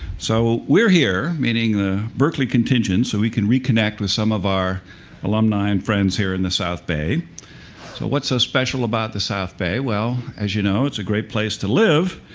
so we're here, meaning the berkeley contingent, so we can reconnect with some of our alumni and friends here in the south bay. so what's so special about the south bay? well, as you know, it's a great place to live.